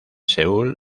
seúl